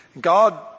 God